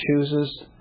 chooses